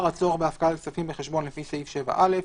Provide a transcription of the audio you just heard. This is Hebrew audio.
הצורך בהפקדת כספים בחשבון לפי סעיף 7א,